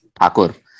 Akur